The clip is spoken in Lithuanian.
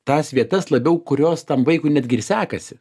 tas vietas labiau kurios tam vaikui netgi ir sekasi